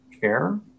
care